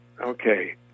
okay